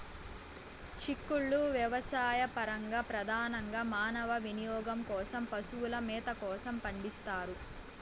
చిక్కుళ్ళు వ్యవసాయపరంగా, ప్రధానంగా మానవ వినియోగం కోసం, పశువుల మేత కోసం పండిస్తారు